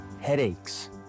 headaches